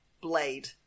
Blade